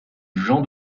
jean